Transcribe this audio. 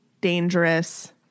dangerous